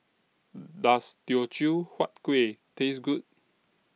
Does Teochew Huat Kueh Taste Good